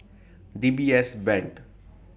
D B S Bank